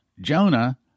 Jonah